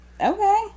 Okay